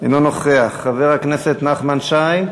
אינו נוכח, חבר הכנסת נחמן שי,